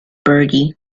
bertie